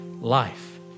life